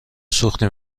سوختی